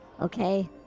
okay